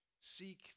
Seek